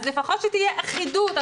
אז לפחות שתהיה אחידות.